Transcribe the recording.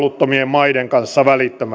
maiden kanssa välittömästi